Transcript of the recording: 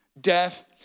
death